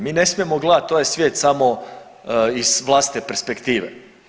Mi ne smijemo gledati ovaj svijet samo iz vlastite perspektive.